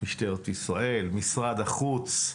משטרת ישראל, משרד החוץ,